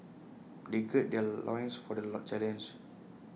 they gird their loins for the challenge